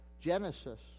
Genesis